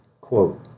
quote